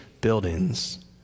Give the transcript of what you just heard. buildings